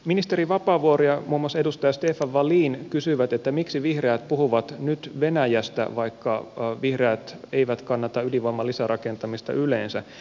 ministeri vapaavuori ja muun muassa edustaja stefan wallin kysyivät miksi vihreät puhuvat nyt venäjästä vaikka vihreät eivät kannata ydinvoiman lisärakentamista yleensä